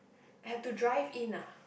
had to drive in ah